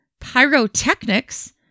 pyrotechnics